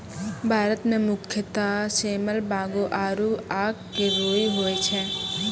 भारत मं मुख्यतः सेमल, बांगो आरो आक के रूई होय छै